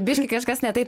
biškį kažkas ne taip